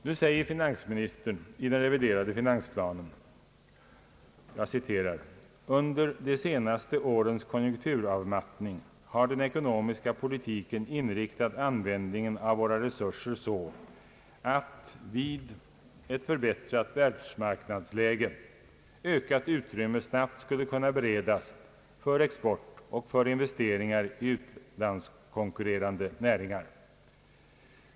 Nu säger finansministern i den revi derade finansplanen: »Under de senaste årens konjunkturavmattning har den ekonomiska politiken inriktat användningen av våra resurser så att — vid ett förbättrat världsmarknadsläge — ökat utrymme snabbt skulle kunna beredas för export och för investeringar i utlandskonkurrerande näringar.